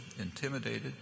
intimidated